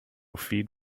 feed